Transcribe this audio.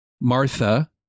Martha